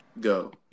go